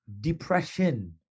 depression